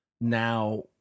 now